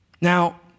Now